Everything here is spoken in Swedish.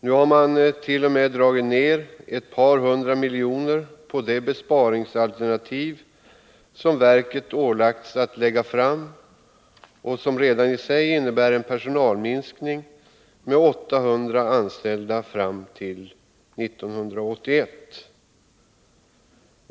Nu vill man t.o.m. dra ner ett par hundra miljoner kronor på det besparingsalternativ som verket har ålagts att lägga fram och som redan i sig innebär en personalminskning med 800 anställda fram till 1981.